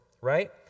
right